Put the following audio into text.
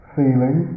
feeling